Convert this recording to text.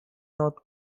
north